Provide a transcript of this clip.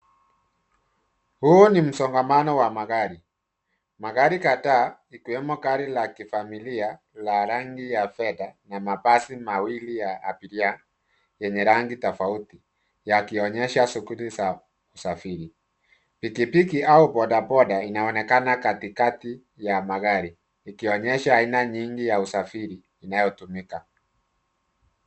Huu ni msongamano wa magari, magari kadhaa ikiwemo gari la kifamilia la rangi ya fedha na mabasi mawili ya abiria yenye rangi tofauti yakionyesha shughuli za usafiri. Pikipiki au boda boda inaonekana katikati ya magari, ikionyesha aina nyingi ya usafiri inayotumika.